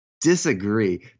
Disagree